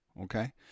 Okay